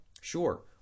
Sure